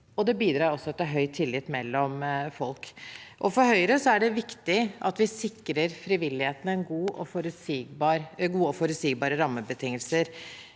det bidrar også til høy tillit mellom folk. For Høyre er det viktig at vi sikrer frivilligheten gode og forutsigbare rammebetingelser.